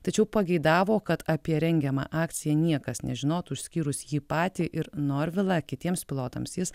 tačiau pageidavo kad apie rengiamą akciją niekas nežinotų išskyrus jį patį ir norvilą kitiems pilotams jis